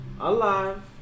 alive